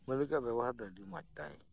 ᱢᱟᱞᱤᱠᱟᱜ ᱵᱮᱵᱚᱦᱟᱨ ᱫᱚ ᱟᱰᱤ ᱢᱚᱸᱡᱽ ᱛᱟᱭ